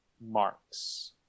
marks